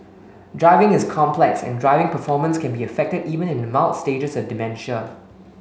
driving is complex and driving performance can be affected even in the mild stages of dementia